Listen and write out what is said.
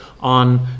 on